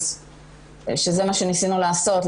שזה מה שניסינו לעשות,